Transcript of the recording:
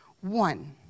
One